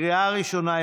לקריאה ראשונה.